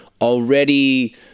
already